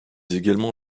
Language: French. également